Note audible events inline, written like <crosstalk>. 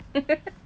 <noise>